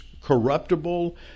corruptible